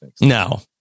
no